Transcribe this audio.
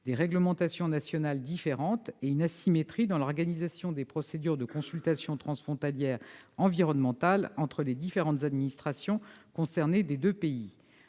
des réglementations nationales différentes et par une asymétrie dans l'organisation des procédures de consultation transfrontalière environnementale entre les différentes administrations concernées des deux pays.